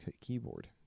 keyboard